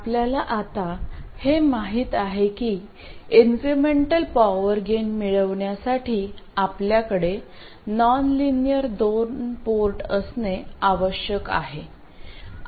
आपल्याला आता हे माहित आहे की इन्क्रिमेंटल पॉवर गेन मिळविण्यासाठी आपल्याकडे नॉनलिनियर दोन पोर्ट असणे आवश्यक आहे